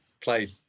played